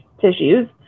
tissues